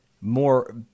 more